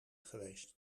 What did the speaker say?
geweest